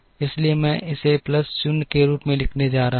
इसलिए मैं इसे प्लस 0 के रूप में लिखने जा रहा हूं